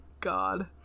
God